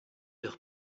leur